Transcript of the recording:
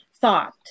thought